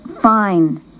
Fine